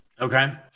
Okay